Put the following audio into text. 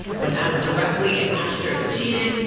when asked directly if astros cheated,